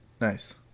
Nice